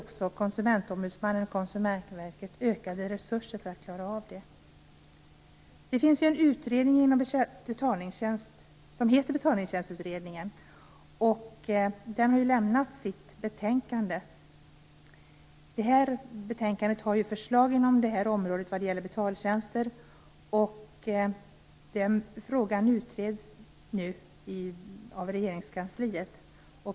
Konsumentombudsmannen och Konsumentverket har fått ökade resurser för att klara av detta. Betaltjänstutredningen har avlämnat sitt betänkande. I det betänkandet finns det förslag på området betaltjänster. Frågan utreds nu i Regeringskansliet.